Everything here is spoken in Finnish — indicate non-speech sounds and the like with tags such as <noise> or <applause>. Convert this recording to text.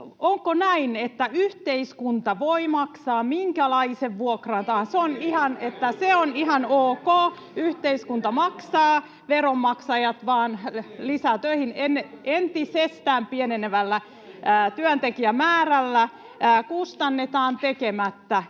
Onko näin, että yhteiskunta voi maksaa minkälaisen vuokran tahansa? <noise> Se on ihan ok, yhteiskunta maksaa, veronmaksajat vaan lisää töihin. Entisestään pienenevällä työntekijämäärällä kustannetaan tekemättä